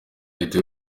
leta